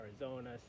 Arizona